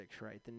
right